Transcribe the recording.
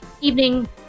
evening